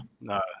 no